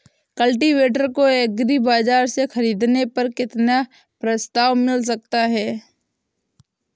Cultivator को agri बाजार से ख़रीदने पर कितना प्रस्ताव मिल सकता है?